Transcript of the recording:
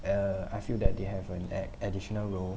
uh I feel that they have an add~ additional role